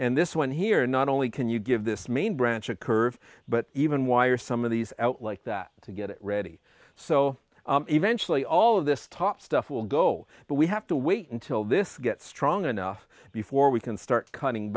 and this one here not only can you give this main branch a curve but even wire some of these out like that to get it ready so eventually all of this top stuff will go but we have to wait until this gets strong enough before we can start cutting